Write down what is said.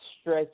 stretch